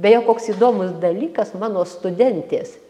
beje koks įdomus dalykas mano studentės